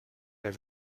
der